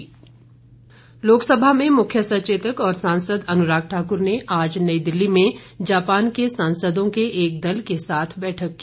अनुराग लोकसभा में मुख्य सचेतक और सांसद अनुराग ठाकुर ने आज नई दिल्ली में जापान के सांसदों के एक दल के साथ बैठक की